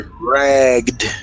ragged